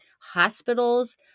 hospitals